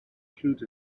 included